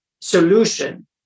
solution